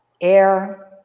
air